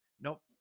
Nope